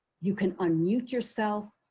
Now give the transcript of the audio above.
you can unmute yourself.